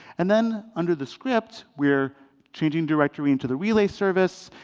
and then under the script, we're changing directory into the relay service,